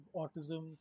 autism